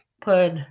put